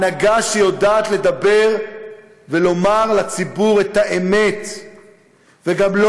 הנהגה שיודעת לדבר ולומר לציבור את האמת וגם לא